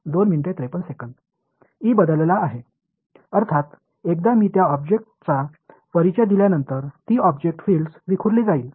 E மாறிவிட்டது வெளிப்படையாக நான் ஒரு பொருளை அறிமுகப்படுத்தியவுடன் அந்த பொருள் புலங்களை சிதறடிக்கும்